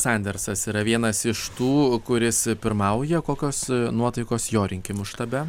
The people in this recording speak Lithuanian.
sandersas yra vienas iš tų kuris pirmauja kokios nuotaikos jo rinkimų štabe